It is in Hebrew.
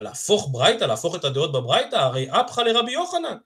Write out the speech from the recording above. להפוך ברייתא? להפוך את הדעות בברייתא? הרי אפחא לרבי יוחנן!